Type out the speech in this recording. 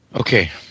Okay